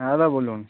হ্যাঁ দা বলুন